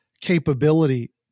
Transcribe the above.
capability